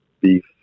beef